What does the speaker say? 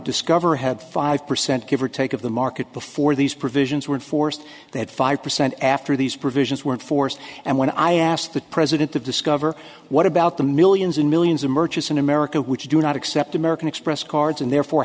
discover had five percent give or take of the market before these provisions were forced that five percent after these provisions weren't forced and when i asked the president to discover what about the millions and millions of murchison america which do not accept american express cards and therefore